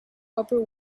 upper